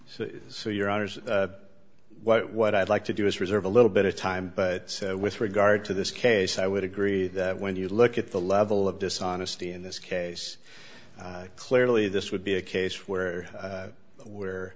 so so your honors what what i'd like to do is reserve a little bit of time but with regard to this case i would agree that when you look at the level of dishonesty in this case clearly this would be a case where where